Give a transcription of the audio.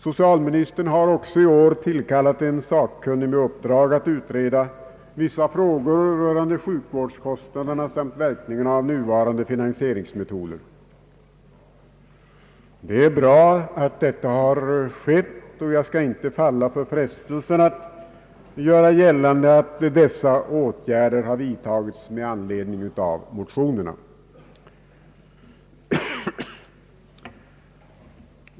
Socialministern har också i år tillkallat en sakkunnig med uppdrag att utreda vissa frågor rörande sjukvårdskostnaderna samt verkningarna av nuvarande finansieringsmetoder. Det är bra att detta skett. Jag skall inte falla för frestelsen att göra gällande att dessa åtgärder vidtagits med anledning av motionerna.